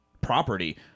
property